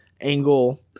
angle